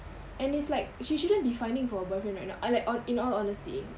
and it's like she shouldn't be finding for a boyfriend right now uh like in all honesty